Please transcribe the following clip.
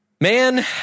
Man